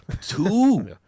Two